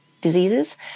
diseases